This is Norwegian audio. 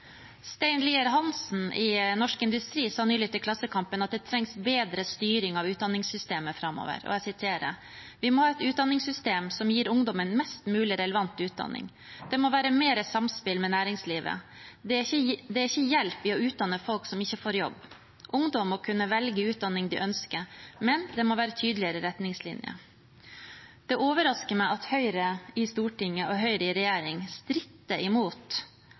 Stein Lier Hansen i Norsk Industri sa nylig til Klassekampen at det trengs bedre styring av utdanningssystemet framover: «Vi må ha et utdanningssystem som gir ungdommen mest mulig relevant utdanning. Det må være mer samspill med næringslivet. Det er ikke hjelp i å utdanne folk som ikke får jobb. Ungdom må kunne velge utdanning de ønsker, men det må være tydeligere retningslinjer.» Det overrasker meg at Høyre på Stortinget og Høyre i regjering stritter imot